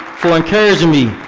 for encouraging me,